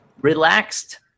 relaxed